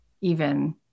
even-